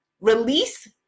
release